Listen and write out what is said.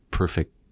perfect